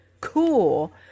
cool